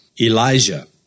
Elijah